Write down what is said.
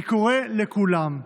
אני קורא לכולם: